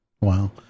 Wow